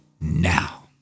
now